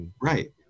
Right